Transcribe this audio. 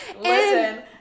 Listen